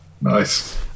Nice